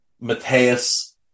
Matthias